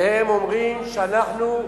והם אומרים: אנחנו,